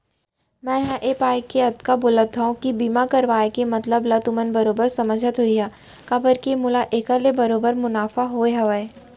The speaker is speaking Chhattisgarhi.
मैं हर ए पाय के अतका बोलत हँव कि बीमा करवाय के मतलब ल तुमन बरोबर समझते होहा काबर के मोला एखर ले बरोबर मुनाफा होय हवय